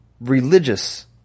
religious